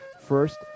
first